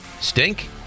Stink